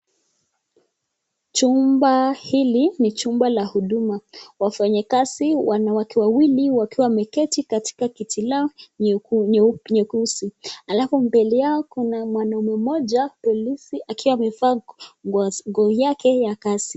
Chumba hili ni chumba cha huduma, wafanyikazi wanawake wawili wakiwa wameketi katika kiti lao nyeusi alafu mbele yao kuna mwanaume mmjo polisi akiwa amevaa nguo yake ya kazi.